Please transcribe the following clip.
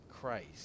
Christ